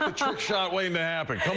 um trick shot waiting to happen.